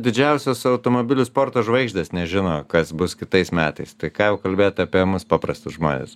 didžiausios automobilių sporto žvaigždės nežino kas bus kitais metais tai ką jau kalbėt apie mus paprastus žmones